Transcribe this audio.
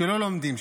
שלא לומדים,